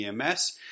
EMS